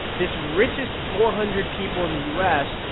this richest four hundred people in the u s.